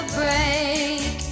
break